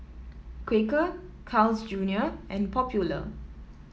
Quaker Carl's Junior and Popular